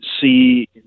see